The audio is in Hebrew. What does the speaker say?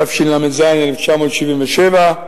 התשל"ז 1977,